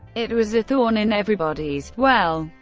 it was a thorn in everybody's well,